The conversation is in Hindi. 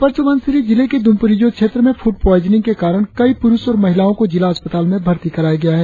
अपर सुबनसिरी जिले के दुंपोरिजों क्षेत्र में फुड प्वायजनिंग के कारण कई पुरुष और महिलाओं को जिला अस्पताल में भर्ती कराया गया है